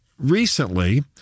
Recently